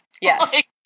yes